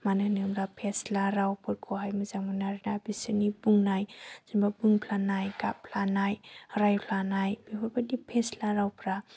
मानो होनोब्ला फेस्ला रावफोरखौहाय मोजां मोनो आरो दा बिसोरनि बुंनाय जेनबा बुंफ्लानाय गाबफ्लानाय रायफ्लानाय बेफोरबायदि फेस्ला रावफोरखौहाय